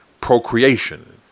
procreation